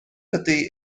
ydy